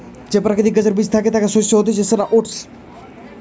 যে প্রকৃতির গাছের বীজ থ্যাকে যে শস্য হতিছে সেটা ওটস